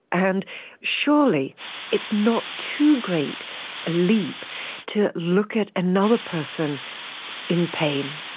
and surely it's not too great a leap to look at another person in pain,